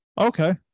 Okay